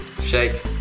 shake